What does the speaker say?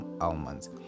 almonds